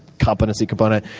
competency component.